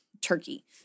Turkey